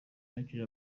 yakiriye